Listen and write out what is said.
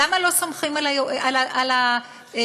למה לא סומכים על הנציב?